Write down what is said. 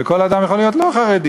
וכל אדם יכול להיות לא חרדי,